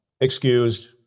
Excused